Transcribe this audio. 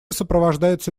сопровождается